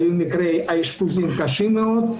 היו אשפוזים קשים מאוד,